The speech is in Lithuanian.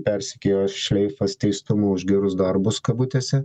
persekiojo šleifas teistumu už gerus darbus kabutėse